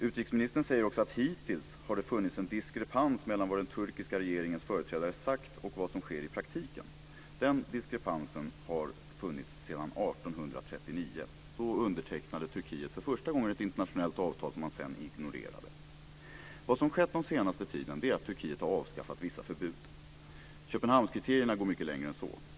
Utrikesministern säger också att hittills har det funnits en diskrepans mellan vad den turkiska regeringens företrädare sagt och vad som sker i praktiken. Ja, den diskrepansen har funnits sedan år 1839. Då undertecknade Turkiet för första gången ett internationellt avtal som man sedan ignorerade. Vad som skett under den senaste tiden är att Turkiet har avskaffat vissa förbud. Köpenhamnskriterierna går mycket längre än så.